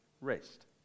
rest